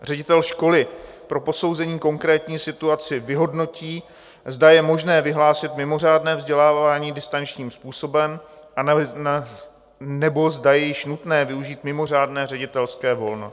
Ředitel školy po posouzení konkrétní situace vyhodnotí, zda je možné vyhlásit mimořádné vzdělávání distančním způsobem, anebo zda je již nutné využít mimořádné ředitelské volno.